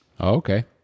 Okay